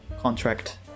contract